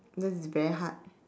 that's very hard